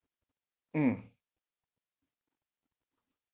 mm